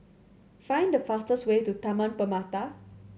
find the fastest way to Taman Permata